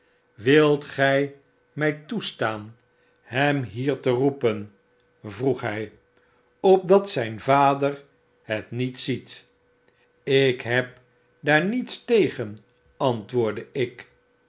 wilt gy my toestaan hem hier te roepen v vroeg hy opdat zyn vader het niet ziet lk heb daar niets tegen antwoordde ik